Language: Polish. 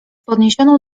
podniesioną